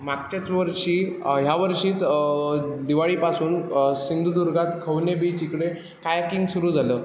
मागच्याच वर्षी ह्यावर्षीच दिवाळीपासून सिंधुदुर्गात खवणे बीच इकडे कायाकिंग सुरु झालं